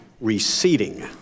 receding